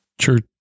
church